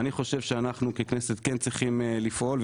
אני חושב שאנחנו ככנסת כן צריכים לפעול,